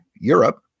Europe